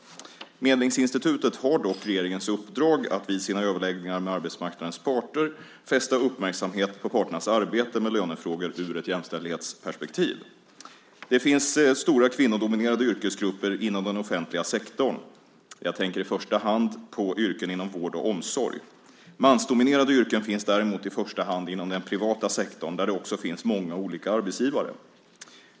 Medlingsinstitutet har dock regeringens uppdrag att vid sina överläggningar med arbetsmarknadens parter fästa uppmärksamhet på parternas arbete med lönefrågor i ett jämställdhetsperspektiv. Det finns stora kvinnodominerade yrkesgrupper inom den offentliga sektorn. Jag tänker i första hand på yrken inom vård och omsorg. Mansdominerade yrken finns däremot i första hand inom den privata sektorn, där det också finns många olika arbetsgivare.